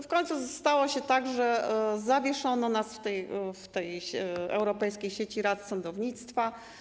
W końcu stało się tak, że zawieszono nas w Europejskiej Sieci Rad Sądownictwa.